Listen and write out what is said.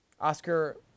Oscar